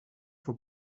for